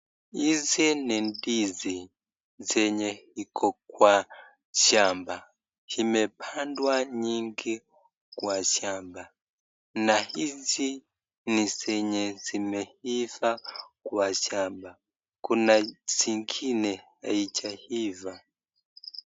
Hizi ni ndizi ,zenye iko Kwa shamba ,zimepadwa nyingi kwa shamba ,na hizi ni zenye zimeiva Kwa shamba. Kuna zingine haijaiva.